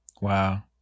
wow